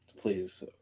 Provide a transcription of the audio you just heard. Please